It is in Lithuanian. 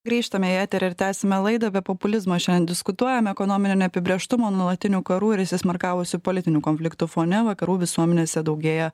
grįžtame į eterį ir tęsiame laidą apie populizmą šiandien diskutuojame ekonominio neapibrėžtumo nuolatinių karų ir įsismarkavusių politinių konfliktų fone vakarų visuomenėse daugėja